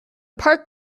park